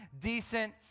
decent